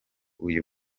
uyu